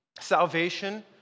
salvation